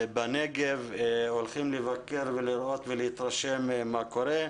בנגב, הולכים לבקר, לראות ולהתרשם ממה שקורה.